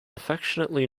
affectionately